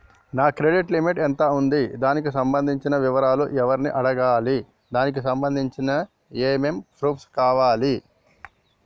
నా credit limit ఎంత ఉంది? దానికి సంబంధించిన వివరాలు ఎవరిని అడగాలి? దానికి సంబంధించిన ఏమేం ప్రూఫ్స్ కావాలి?